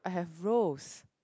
I have rose